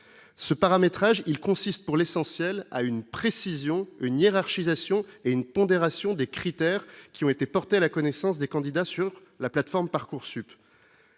ce paramétrage il consiste pour l'essentiel à une précision, une hiérarchisation et une pondération des critères qui ont été portés à la connaissance des candidats sur la plateforme Parcoursup.